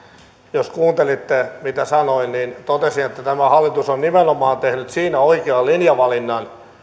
jos kuuntelitte mitä sanoin niin totesin että tämä hallitus on nimenomaan tehnyt siinä oikean linjavalinnan